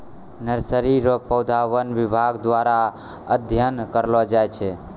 nursery रो पौधा वन विभाग द्वारा अध्ययन करलो जाय छै